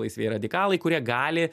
laisvieji radikalai kurie gali